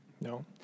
No